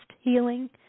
healing